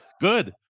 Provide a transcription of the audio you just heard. good